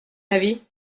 avis